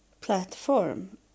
platform